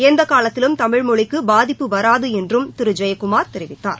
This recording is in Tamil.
எந்த காலத்திலும் தமிழ் மொழிக்கு பாதிப்பு வராது என்றும் திரு ஜெயக்குமார் தெரிவித்தார்